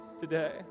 today